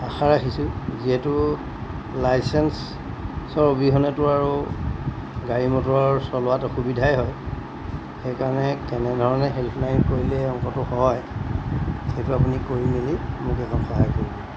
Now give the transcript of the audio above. আশা ৰাখিছোঁ যিহেতু লাইচেঞ্চৰ অবিহনেতো আৰু গাড়ী মটৰৰ চলোৱাত অসুবিধাই হয় সেইকাৰণে কেনেধৰণে হেল্পলাইন কৰিলে অংকটো হয় সেইটো আপুনি কৰি মেলি মোক এইকণ সহায় কৰিব